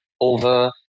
over